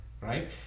right